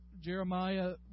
Jeremiah